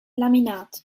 laminat